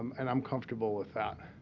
and i'm comfortable with that.